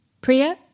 Priya